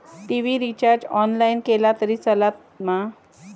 TV recharge online केला तरी चलात मा?